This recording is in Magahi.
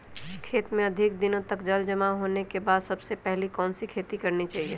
खेत में अधिक दिनों तक जल जमाओ होने के बाद सबसे पहली कौन सी खेती करनी चाहिए?